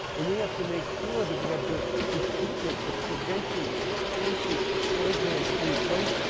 and we have to make sure that we have the the treatment, the prevention, the education programs in place,